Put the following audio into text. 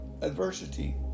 adversity